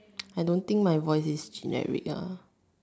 I don't think my voice is generic ah